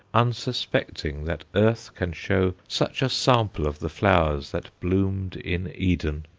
unsuspecting that earth can show such a sample of the flowers that bloomed in eden!